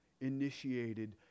initiated